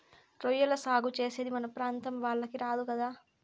రొయ్యల సాగు చేసేది మన ప్రాంతం వాళ్లకి రాదు కదా